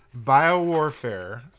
biowarfare